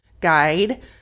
guide